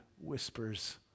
whispers